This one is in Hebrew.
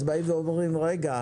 אז באים ואומרים: רגע,